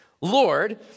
Lord